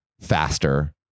faster